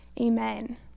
amen